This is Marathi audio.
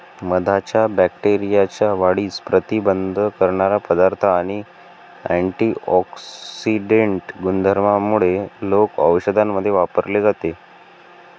मधाच्या बॅक्टेरियाच्या वाढीस प्रतिबंध करणारा पदार्थ आणि अँटिऑक्सिडेंट गुणधर्मांमुळे लोक औषधांमध्ये वापरले जाते